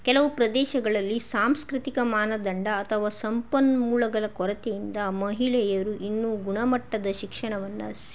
ಕೆಲವು ಪ್ರದೇಶಗಳಲ್ಲಿ ಸಾಂಸ್ಕ್ರತಿಕ ಮಾನದಂಡ ಅಥವಾ ಸಂಪನ್ಮೂಲಗಳ ಕೊರತೆಯಿಂದ ಮಹಿಳೆಯರು ಇನ್ನೂ ಗುಣಮಟ್ಟದ ಶಿಕ್ಷಣವನ್ನು ಸೀಮಿತ